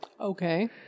Okay